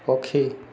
ପକ୍ଷୀ